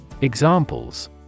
Examples